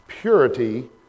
purity